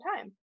time